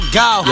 go